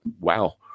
Wow